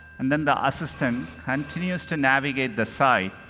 and then the assistant continues to navigate the site.